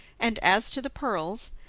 and as to the pearls,